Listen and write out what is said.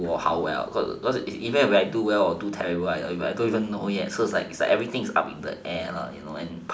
do or how well cause even if I do well or do terrible I don't even know yet cause it's like everything is up in the air you know